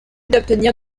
d’obtenir